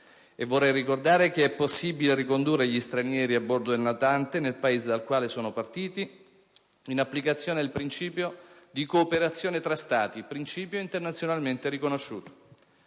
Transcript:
inoltre ricordare che è possibile ricondurre gli stranieri a bordo del natante nel Paese dal quale sono partiti, in applicazione del principio di cooperazione tra Stati; principio internazionalmente riconosciuto.